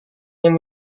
yang